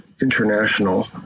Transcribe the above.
International